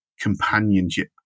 Companionship